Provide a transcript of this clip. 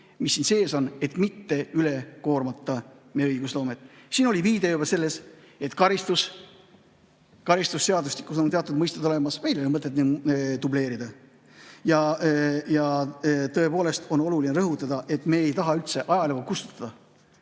mis siin sees on, et mitte üle koormata meie õigusloomet. Siin oli viide juba sellele, et karistusseadustikus on teatud mõisted olemas, meil ei ole mõtet dubleerida. Ja tõepoolest on oluline rõhutada, et me ei taha üldse ajalugu kustutada.